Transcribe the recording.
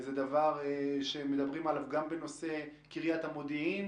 זה דבר שמדברים עליו גם בנושא קריית המודיעין